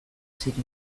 ziren